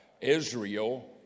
Israel